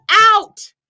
out